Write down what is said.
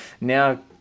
now